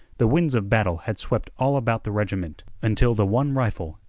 the winds of battle had swept all about the regiment, until the one rifle,